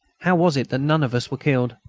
how was it that none of us were killed?